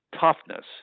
toughness